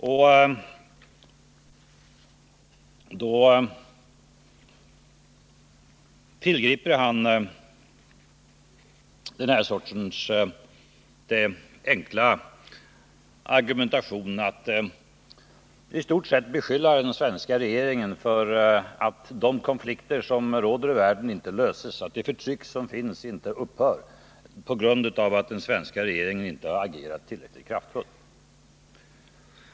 Han tillgriper då den här sortens enkla argumentation att i stort sett skylla på den svenska regeringen för att de konflikter som råder i världen inte löses, att det förtryck som finns inte upphör — den svenska regeringen har inte agerat tillräckligt kraftfullt.